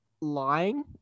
lying